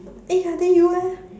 eh ya then you leh